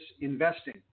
investing